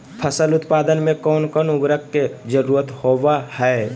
फसल उत्पादन में कोन कोन उर्वरक के जरुरत होवय हैय?